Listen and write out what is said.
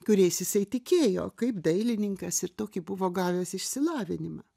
kuriais jisai tikėjo kaip dailininkas ir tokį buvo gavęs išsilavinimą